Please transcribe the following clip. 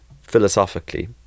philosophically